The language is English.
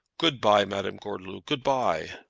good-by, madame gordeloup good-by.